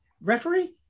referee